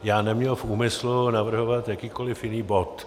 Já neměl v úmyslu navrhovat jakýkoliv jiný bod.